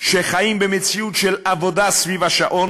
שחיים במציאות של עבודה סביב השעון